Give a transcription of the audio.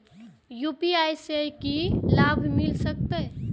UPI से की लाभ मिल सकत हमरा?